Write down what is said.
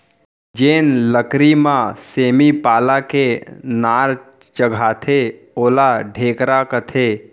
जेन लकरी म सेमी पाला के नार चघाथें ओला ढेखरा कथें